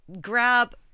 grab